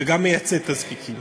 וגם מייצאת תזקיקים.